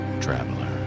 traveler